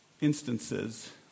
instances